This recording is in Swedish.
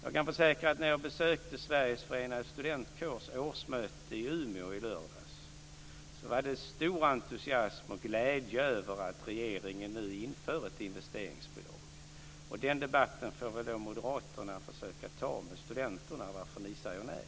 Jag kan försäkra att när jag i lördags besökte Sveriges Förenade Studentkårers årsmöte i Umeå var det stor entusiasm och glädje över att regeringen nu inför ett investeringsbidrag. Ni moderater får väl försöka att med studenterna ta debatten om varför ni säger nej.